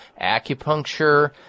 acupuncture